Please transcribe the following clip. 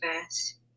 fast